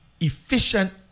Efficient